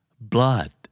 Blood